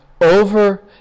over